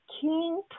king